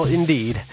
indeed